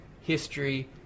history